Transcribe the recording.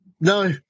No